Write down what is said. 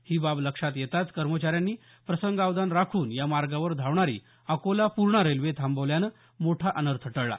ही बाब लक्षात येताच कर्मचाऱ्यांनी प्रसंगावधान राखून या मार्गावर धावणारी अकोला पूर्णा रेल्वे थांबवल्यानं मोठा अनर्थ टळला